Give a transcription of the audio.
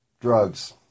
Drugs